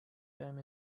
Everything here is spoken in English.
time